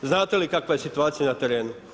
Znate li kakva je situacija na terenu?